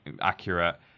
accurate